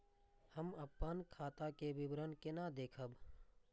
हम अपन खाता के विवरण केना देखब?